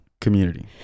Community